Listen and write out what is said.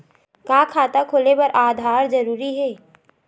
का खाता खोले बर आधार जरूरी हे?